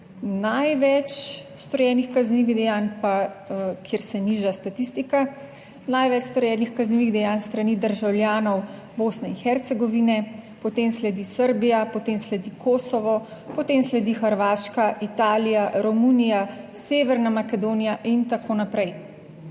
največ storjenih kaznivih dejanj pa, kjer se niža statistika največ storjenih kaznivih dejanj s strani državljanov Bosne in Hercegovine, potem sledi Srbija, potem sledi Kosovo, potem sledi Hrvaška, Italija, Romunija, Severna Makedonija in tako naprej.